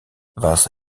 was